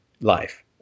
life